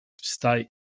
state